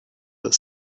that